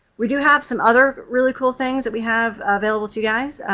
we do have some other really cool things that we have available to you guys.